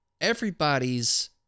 everybody's